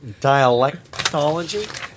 Dialectology